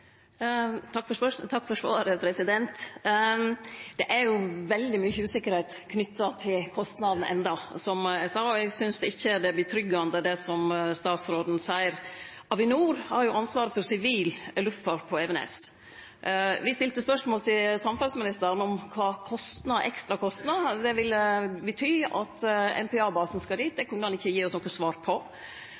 er veldig mykje usikkerheit knytt til kostnaden enno, som eg sa. Eg synest ikkje det er tryggande det som statsråden seier. Avinor har ansvaret for sivil luftfart på Evenes. Me stilte spørsmål til samferdsleministeren om kva for ekstrakostnad det vil verte av at MPA-basen skal dit. Det kunne han ikkje gi oss noko svar på.